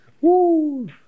Woo